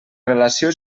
relació